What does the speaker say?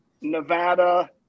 Nevada